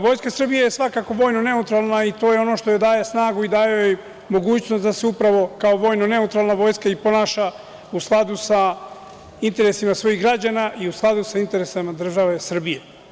Vojska Srbije je svakako vojno neutralna i to je ono što joj daje snagu i daje joj mogućnost da se upravo kao vojno-neutralna vojska ponaša, u skladu sa interesima svojih građana i u skladu sa interesima države Srbije.